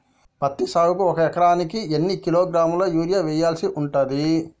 పత్తి సాగుకు ఒక ఎకరానికి ఎన్ని కిలోగ్రాముల యూరియా వెయ్యాల్సి ఉంటది?